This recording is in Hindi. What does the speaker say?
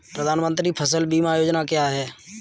प्रधानमंत्री फसल बीमा योजना क्या है?